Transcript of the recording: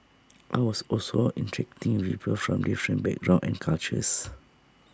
I was also interacting with people from different backgrounds and cultures